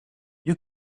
you